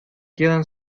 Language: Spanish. quedan